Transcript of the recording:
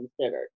considered